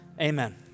amen